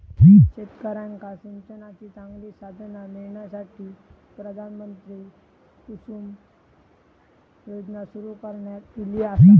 शेतकऱ्यांका सिंचनाची चांगली साधना मिळण्यासाठी, प्रधानमंत्री कुसुम योजना सुरू करण्यात ईली आसा